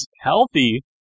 healthy